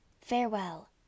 Farewell